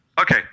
okay